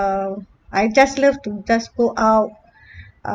uh I just love to just go out uh